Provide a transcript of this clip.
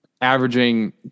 averaging